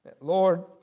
Lord